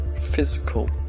Physical